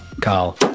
Carl